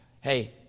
Hey